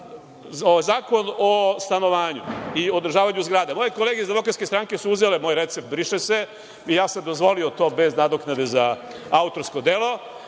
o stanovanju i održavanju zgrada. Moje kolege iz DS-a su uzele moj recept „briše se“ i ja sam dozvolio to bez nadoknade za autorsko delo,